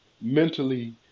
mentally